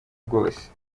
bwose